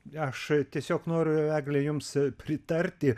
aš tiesiog noriu egle jums pritarti